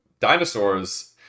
Dinosaurs